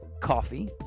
coffee